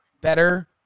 better